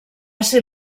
ser